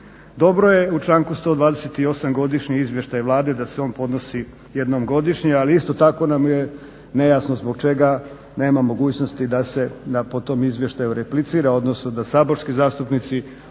Dobro je u članku 128. Godišnji izvještaj Vlade da se on podnosi jednom godišnje, ali isto tako nam je nejasno zbog čega nema mogućnosti da se, da po tom izvještaju replicira, odnosno da saborski zastupnici otvoreno